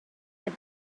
had